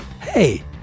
Hey